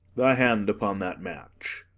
thy hand upon that match.